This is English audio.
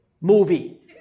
movie